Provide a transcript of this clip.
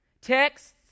Texts